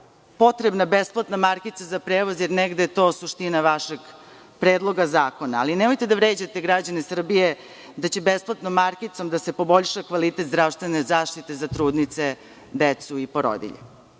potrebna besplatna markica za prevoz, jer negde je to suština vašeg Predloga zakona, ali nemojte da vređate građane Srbije da će besplatnom markicom da se poboljša kvalitet zdravstvene zaštite za trudnice, decu i porodilje.U